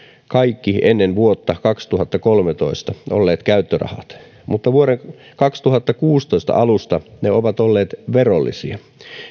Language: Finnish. kaikki ennen vuotta kaksituhattakolmetoista olleet käyttörahat mutta vuoden kaksituhattakuusitoista alusta ne ovat olleet verollisia